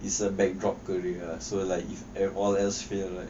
is a backdrop career so like if at all else failed right